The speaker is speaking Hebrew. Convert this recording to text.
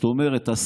זאת אומרת,